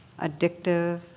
addictive